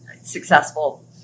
successful